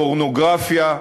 פורנוגרפיה,